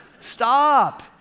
stop